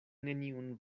neniun